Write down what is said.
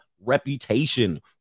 reputation